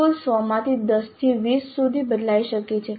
કુલ 100 માંથી 10 થી 20 સુધી બદલાઈ શકે છે